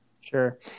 Sure